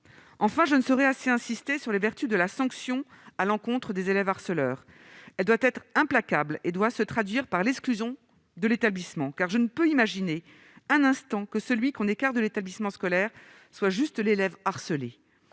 enfin je ne saurait assez insister sur les vertus de la sanction à l'encontre des élèves harceleurs, elle doit être implacable et doit se traduire par l'exclusion de l'établissement, car je ne peux imaginer un instant que celui qu'on écarte de l'établissement scolaire soit juste l'élève harcelé,